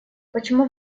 почему